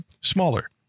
smaller